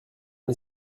les